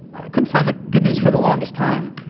couldn't find the good news for the longest time